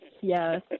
yes